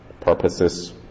purposes